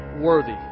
worthy